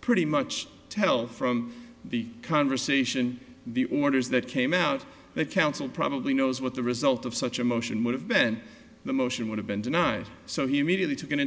pretty much tell from the conversation the orders that came out that counsel probably knows what the result of such a motion would have been the motion would have been denied so he immediately took an